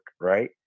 right